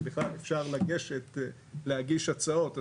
שבכלל אפשר להגיש הצעות.